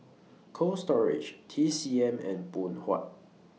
Cold Storage T C M and Phoon Huat